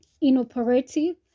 inoperative